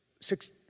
six